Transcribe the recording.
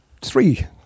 three